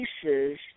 pieces